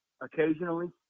Occasionally